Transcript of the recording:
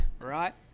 Right